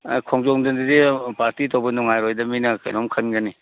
ꯈꯣꯡꯖꯣꯝꯗꯗꯤ party ꯇꯧꯕ ꯅꯨꯡꯉꯥꯏꯔꯣꯏꯗ ꯃꯤꯅ ꯀꯩꯅꯣꯝ ꯈꯟꯒꯅꯤ